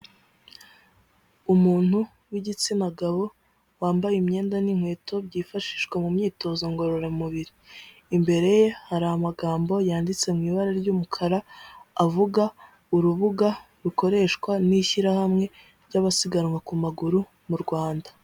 Umuntu w'igitsina gabo wambaye imyenda n'inkweto byifashishwa mu myitozo ngororamubiri, imbere ye hari amagambo yanditse mu ibara ry'umukara, avuga urubuga rukoreshwa n'ishyirahamwe ry'abasiganwa ku maguru mu Rwanda.